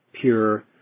pure